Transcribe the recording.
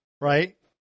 right